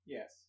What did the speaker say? Yes